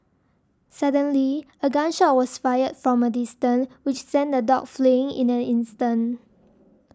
suddenly a gun shot was fired from a distance which sent the dogs fleeing in an instant